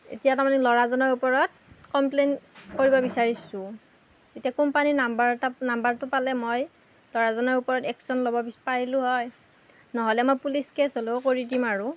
এতিয়া তাৰমানে ল'ৰাজনৰ ওপৰত কমপ্লেইন কৰিব বিচাৰিছোঁ এতিয়া কোম্পানীৰ নাম্বাৰ এটা নাম্বাৰটো পালে মই ল'ৰাজনৰ ওপৰত একশ্যন ল'ব পাৰিলোঁ হয় নহ'লে মই পুলিচ কেচ হ'লেও কৰি দিম আৰু